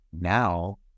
Now